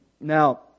Now